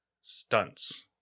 stunts